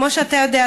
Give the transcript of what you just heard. כמו שאתה יודע,